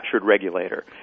regulator